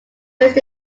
raised